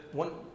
one